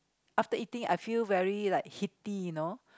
after eating I feel very like heaty you know